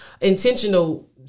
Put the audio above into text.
intentional